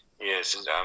Yes